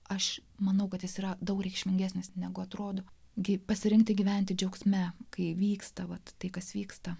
aš manau kad jis yra daug reikšmingesnis negu atrodo gi pasirinkti gyventi džiaugsme kai vyksta vat tai kas vyksta